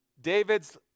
David's